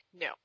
no